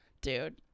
dude